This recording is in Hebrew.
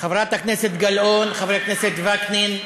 חברת הכנסת גלאון, חבר הכנסת וקנין,